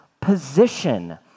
position